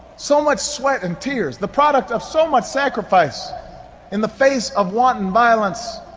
so much sweat and tears, the product of so much sacrifice in the face of wanton violence,